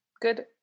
Good